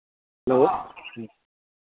hello ह्म्म